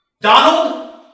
Donald